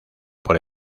por